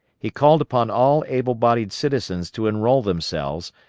he called upon all able-bodied citizens to enroll themselves,